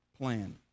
plan